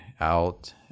out